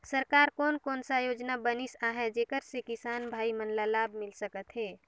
सरकार कोन कोन सा योजना बनिस आहाय जेकर से किसान भाई मन ला लाभ मिल सकथ हे?